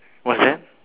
what's that